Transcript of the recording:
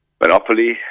Monopoly